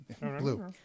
Blue